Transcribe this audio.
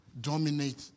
dominate